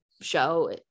show